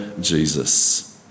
Jesus